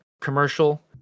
commercial